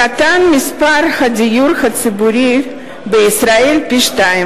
קטן מספר הדירות הציבוריות בישראל לחצי.